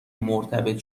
مرتبط